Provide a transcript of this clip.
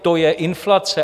To je inflace.